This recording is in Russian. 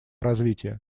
развития